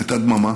הייתה דממה,